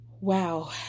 wow